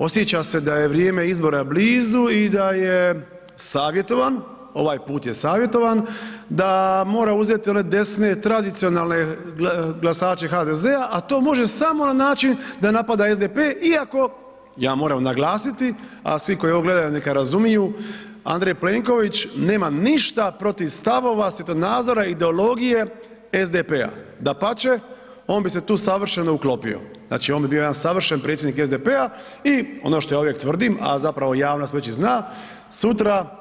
Osjeća se da je vrijeme izbora blizu i da je savjetovan, ovaj put je savjetovan da mora uzeti one desne tradicionalne glasače HDZ-a, a to može samo na način da napada SDP iako, ja moram naglasiti, a svi koji ovo gledaju neka razumiju, Andrej Plenković nema ništa protiv stavova, svjetonazora i ideologije SDP-a, dapače on bi se tu savršeno uklopio, znači on bi bio jedan savršen predsjednik SDP-a i ono što ja uvijek tvrdim, a zapravo javnost već i zna, sutra,